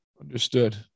Understood